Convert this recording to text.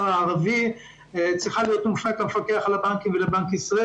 הערבי צריכה להיות מופנית למפקח על הבנקים ולבנק ישראל.